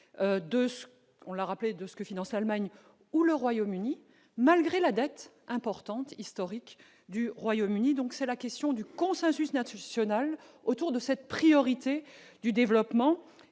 de ce que finance Allemagne ou le Royaume-Uni, malgré la dette importante historique du Royaume-Uni, donc c'est la question du Consensus naziunale autour de cette priorité du développement